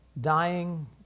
dying